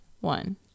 one